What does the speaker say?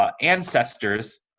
ancestors